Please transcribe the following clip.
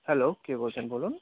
hello কে বলছেন বলুন